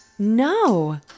No